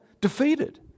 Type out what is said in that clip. defeated